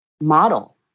model